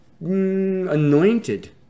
anointed